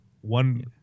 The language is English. one